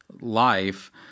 life